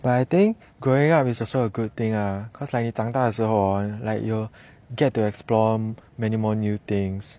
but I think growing up it's also a good thing ah cause like 你长大的时候 hor like you get to explore many more new things